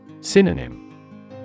Synonym